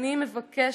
שאני מבקשת,